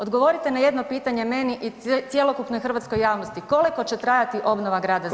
Odgovorite na jedno pitanje meni i cjelokupnoj hrvatskoj javnosti, koliko će trajati obnova Grada Zagreba?